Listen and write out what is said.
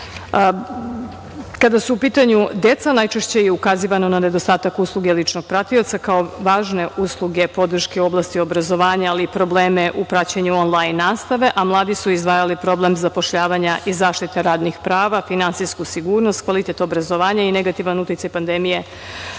su u pitanju deca, najčešće je ukazivano na nedostatak usluge ličnog pratioca kao važne usluge podrške u oblasti obrazovanja, ali i probleme u praćenju onlajn nastave, a mladi su izdvajali problem zapošljavanja i zaštite radnih prava, finansijsku sigurnost, kvalitet obrazovanja i negativan uticaj pandemije